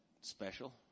special